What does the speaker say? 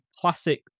classic